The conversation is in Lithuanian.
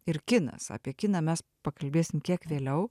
ir kinas apie kiną mes pakalbėsim kiek vėliau